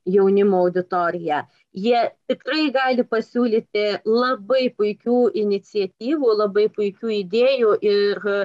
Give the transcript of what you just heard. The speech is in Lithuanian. jaunimo auditoriją jie tikrai gali pasiūlyti labai puikių iniciatyvų labai puikių idėjų ir